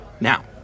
Now